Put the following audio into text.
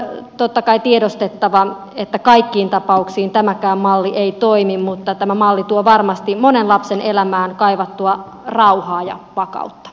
on totta kai tiedostettava että kaikkiin tapauksiin tämäkään malli ei toimi mutta tämä malli tuo varmasti monen lapsen elämään kaivattua rauhaa ja vakautta